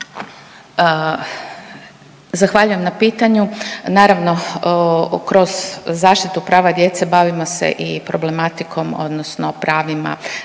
Zahvaljujem na pitanju. Naravno kroz zaštitu prava djece bavimo se i problematikom odnosno pravima